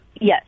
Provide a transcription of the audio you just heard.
Yes